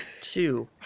Two